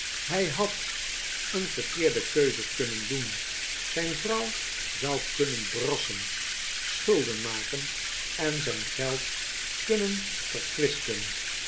hij had een verkeerde keuze kunnen doen zijn vrouw zou kunnen brassen schulden maken en zijn geld kunnen verkwisten